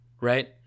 right